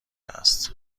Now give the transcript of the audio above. است